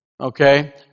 Okay